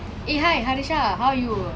eh hi alesha how are you